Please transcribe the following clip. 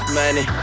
money